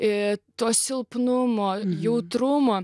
ir to silpnumo jautrumo